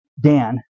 Dan